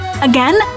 Again